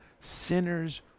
sinners